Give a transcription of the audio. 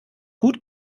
gut